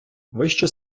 вище